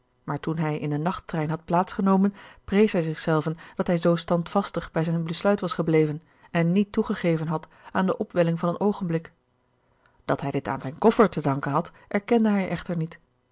maar toen hij in den nachttrein had plaats genomen prees hij zich zelven dat hij zoo standvastig bij zijn besluit was gebleven en niet toegegeven had aan de opwelling van een oogenblik dat hij dit aan zijn koffer te danken had erkende hij echter niet